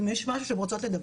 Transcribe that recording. אם יש משהו שהן רוצות לדווח.